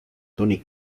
tony